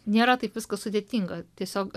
nėra taip viskas sudėtinga tiesiog